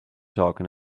talking